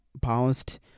bounced